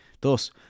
Thus